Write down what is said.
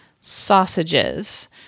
sausages